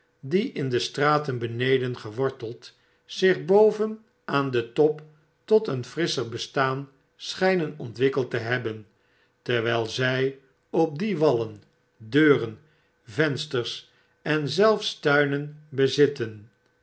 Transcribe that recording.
die in de straten beneden geworteld zich boven aan den top tot een frisscher bestaan schynen ontwikkeld te hebben terwjjl zy op die wallen deuren vensters en zelfs tuinen bezitten